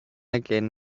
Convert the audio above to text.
again